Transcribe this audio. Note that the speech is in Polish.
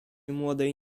młodej